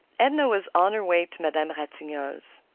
edna was on her way to madame ratignolle's.